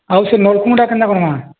ଆଉ ସେ ନଳ୍କୂଆଁଟା କେନ୍ତା କର୍ମା